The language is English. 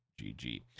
GG